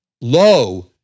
lo